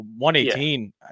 118